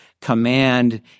command